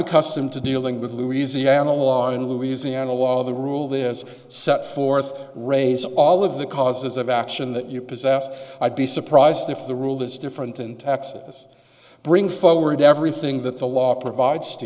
accustomed to dealing with louisiana law and louisiana law the rule that as set forth raise all of the causes of action that you possess i'd be surprised if the rule is different in texas bring forward everything that the law provides to